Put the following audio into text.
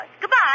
Goodbye